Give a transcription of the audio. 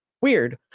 Weird